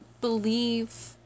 believe